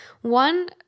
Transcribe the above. One